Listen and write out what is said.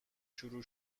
شروع